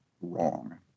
wrong